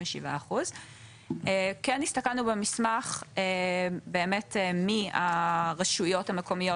וזה 67%. כן הסתכלנו במסמך על מי הן הרשויות המקומיות